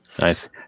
Nice